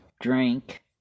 drink